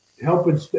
helping